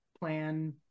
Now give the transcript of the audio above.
plan